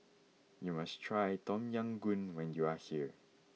you must try Tom Yam Goong when you are here